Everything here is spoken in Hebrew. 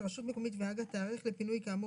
רשות מקומית והג"א תיערך לפינוי כאמור